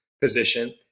position